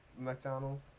McDonald's